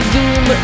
Zoom